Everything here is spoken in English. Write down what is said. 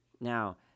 Now